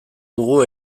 dugu